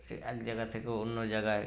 এ এক জায়গা থেকে অন্য জায়গায়